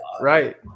right